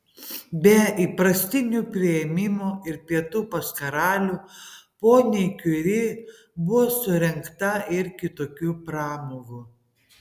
be įprastinių priėmimų ir pietų pas karalių poniai kiuri buvo surengta ir kitokių pramogų